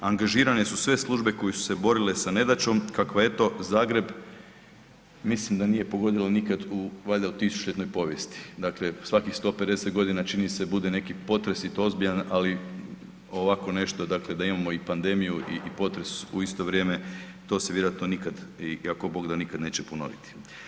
Angažirane su sve službe koje su se borile sa nedaćom kakva eto Zagreb mislim da nije pogodilo nikad u valjda u tisućljetnoj povijesti, dakle svakih 150.g. čini se bude neki potres i to ozbiljan, ali ovako nešto, dakle da imamo i pandemiju i potres u isto vrijeme, to se vjerojatno nikad i ako Bog da, nikad neće ponoviti.